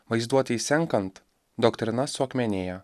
vaizduotei senkant doktrina suakmenėja